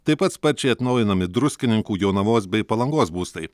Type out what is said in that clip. taip pat sparčiai atnaujinami druskininkų jonavos bei palangos būstai